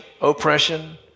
oppression